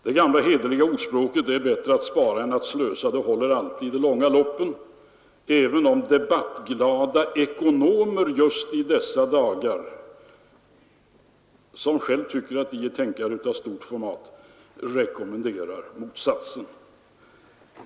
Det gamla hederliga ordspråket att det är bättre att spara än att slösa håller i det långa loppet, även om debattglada ekonomer — som själva tycker att de är tänkare av stort format — just i dessa dagar rekommenderar motsatsen.